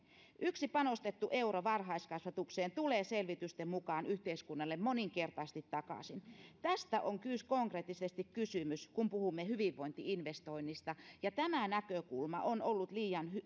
yksi panostettu euro varhaiskasvatukseen tulee selvitysten mukaan yhteiskunnalle moninkertaisesti takaisin tästä on konkreettisesti kysymys kun puhumme hyvinvointi investoinneista ja tämä näkökulma on ollut liian